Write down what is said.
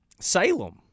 Salem